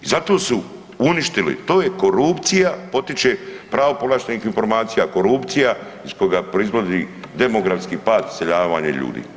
I zato su uništili, to je korupcija potiče pravo povlaštenih informacija, korupcija iz koga proizlazi demografski pad iseljavanja ljudi.